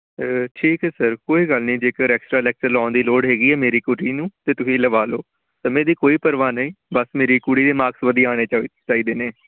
ਠੀਕ ਹੈ ਸਰ ਕੋਈ ਗੱਲ ਨਹੀਂ ਜੇਕਰ ਐਕਸਟਰਾ ਲੈਕਚਰ ਲਗਾਉਣ ਦੀ ਲੋੜ ਹੈਗੀ ਆ ਮੇਰੀ ਕੁੜੀ ਨੂੰ ਤਾਂ ਤੁਸੀਂ ਲਵਾ ਲਉ ਸਮੇਂ ਦੀ ਕੋਈ ਪਰਵਾਹ ਨਹੀਂ ਬਸ ਮੇਰੀ ਕੁੜੀ ਦੇ ਮਾਰਕਸ ਵਧੀਆ ਆਉਣੇ ਚਾ ਚਾਹੀਦੇ ਨੇ